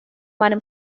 meinem